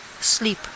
Sleep